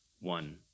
One